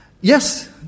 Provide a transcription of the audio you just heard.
Yes